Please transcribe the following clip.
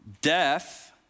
death